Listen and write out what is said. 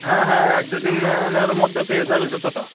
হ্যাঁ হ্যাঁ এক দু দিন এর মধ্যে পেয়ে যাবে জুতোটা